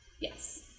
Yes